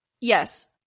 Yes